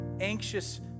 anxious